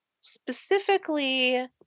specifically